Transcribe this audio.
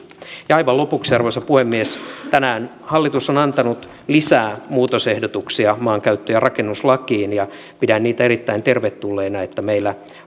aivan lopuksi arvoisa puhemies tänään hallitus on antanut lisää muutosehdotuksia maankäyttö ja rakennuslakiin ja pidän niitä erittäin tervetulleina että meillä